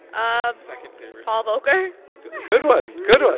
ah second favorite paul volcker good one. good one.